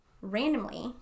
randomly